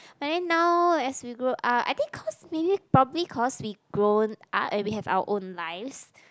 but then now as we grow up I think cause maybe probably cause we grown up and we have our own lives